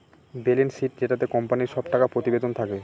balance sheet যেটাতে কোম্পানির সব টাকা প্রতিবেদন থাকে